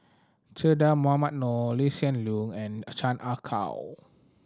Che Dah Mohamed Noor Lee Hsien Loong and a Chan Ah Kow